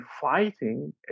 fighting